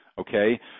Okay